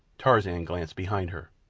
tarzan glanced behind her.